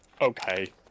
Okay